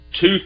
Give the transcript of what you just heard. two